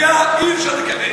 בכפייה אי-אפשר לקבל.